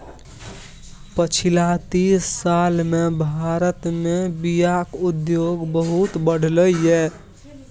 पछिला तीस साल मे भारत मे बीयाक उद्योग बहुत बढ़लै यै